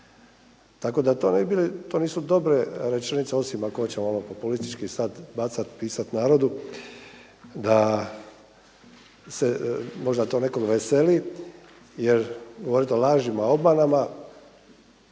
Tako da to nisu dobre rečenice osim ako oćemo ono populistički sada bacat pisat narodu da se možda nekog veseli jer možda lažima, obmanama